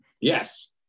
Yes